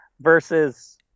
Versus